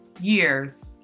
years